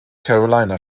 carolina